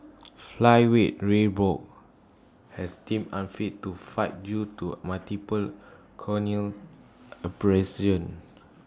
flyweight ray Borg has deemed unfit to fight due to multiple corneal abrasions